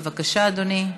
בבקשה, אדוני.